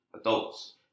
adults